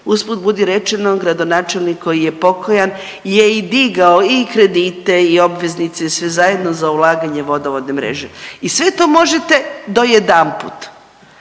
Usput budi rečeno gradonačelnik koji je pokojan je i digao i kredite i obveznice i sve zajedno za ulaganje vodovodne mreže i sve to možete do jedanput.